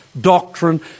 doctrine